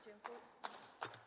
Dziękuję.